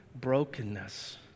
brokenness